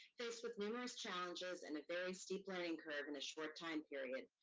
faced with numerous challenges and a very steep learning curve in a short time period,